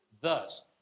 Thus